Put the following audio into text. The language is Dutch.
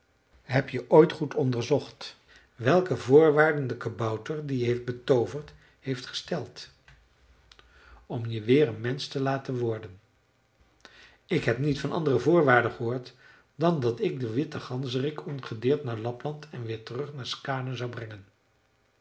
heb je ooit goed onderzocht welke voorwaarden de kabouter die je heeft betooverd heeft gesteld om je weer een mensch te laten worden ik heb niet van andere voorwaarden gehoord dan dat ik den witten ganzerik ongedeerd naar lapland en weer terug naar skaane zou brengen